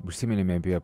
užsiminėme apie